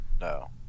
No